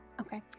okay